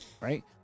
Right